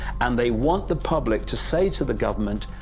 and they want the public to say to the government,